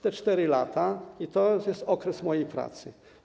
Te 4 lata to jest okres mojej pracy.